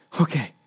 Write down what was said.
okay